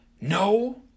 no